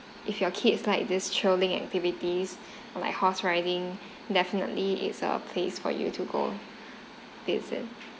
if your kids like this trolling activities like horse riding definitely it's a place for you to go visit